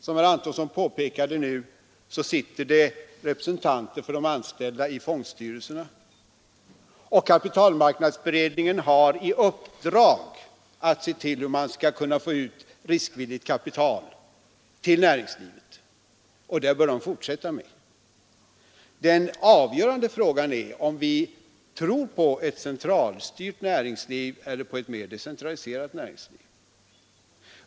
Som herr Antonsson påpekat sitter representanter för de anställda i fondstyrelserna, och kapitalmarknadsberedningen har i uppdrag att se till hur man skall kunna få ut riskvilligt kapital till näringslivet. Det bör den fortsätta med. Den avgörande frågan är om vi tror på ett centralstyrt eller på ett mer decentraliserat näringsliv.